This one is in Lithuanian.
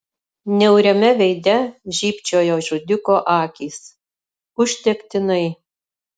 niauriame veide žybčiojo žudiko akys užtektinai